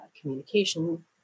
communication